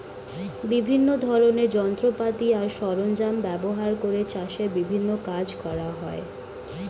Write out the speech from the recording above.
বিভিন্ন ধরনের যন্ত্রপাতি আর সরঞ্জাম ব্যবহার করে চাষের বিভিন্ন কাজ করা হয়